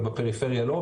ובפריפריה לא.